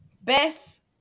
best